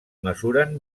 mesuren